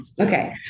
Okay